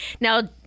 Now